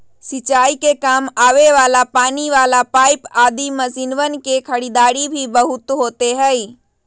सिंचाई के काम आवे वाला पानी वाला पाईप आदि मशीनवन के खरीदारी भी बहुत होते हई